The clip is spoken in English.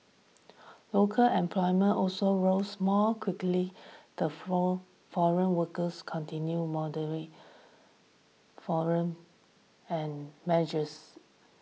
local employment also rose more quickly the flown foreign workers continued moderate foreign and measures